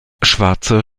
schwarze